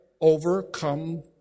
overcome